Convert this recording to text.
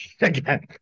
again